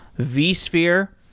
vsphere.